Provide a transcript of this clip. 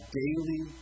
daily